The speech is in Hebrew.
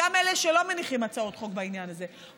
גם אלה שלא מניחים הצעות החוק בעניין הזה,